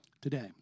today